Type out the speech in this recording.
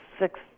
six